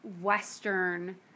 Western